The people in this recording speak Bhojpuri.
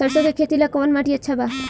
सरसों के खेती ला कवन माटी अच्छा बा?